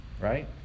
Right